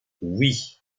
oui